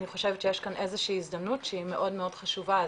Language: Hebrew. אני חושבת שיש כאן איזו שהיא הזדמנות שהיא מאוד מאוד חשובה.